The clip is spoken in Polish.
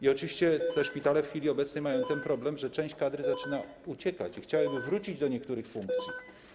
I oczywiście szpitale w chwili obecnej mają ten problem, że część kadry zaczyna uciekać i chciałaby wrócić do niektórych funkcji.